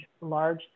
large